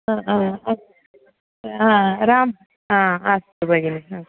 अस् राम् अस्तु भगिनि